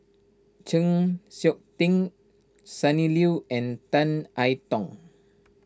Chng Seok Tin Sonny Liew and Tan I Tong